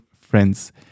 friends